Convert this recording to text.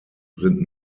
sind